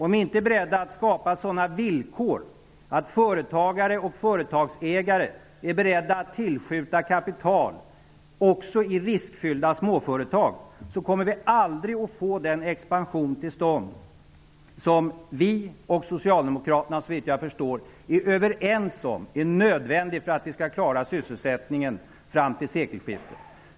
Om ni inte är beredda att skapa sådana villkor att företagare och företagsägare är beredda att tillskjuta kapital också i riskfyllda småföretag, kommer vi aldrig att få den expansion till stånd som vi och Socialdemokraterna -- såvitt jag förstår -- är överens om är nödvändig för att vi skall kunna klara sysselsättningen fram till sekelskiftet.